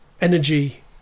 energy